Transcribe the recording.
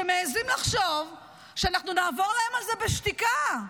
שמעיזים לחשוב שאנחנו נעבור להם על זה בשתיקה,